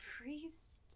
priest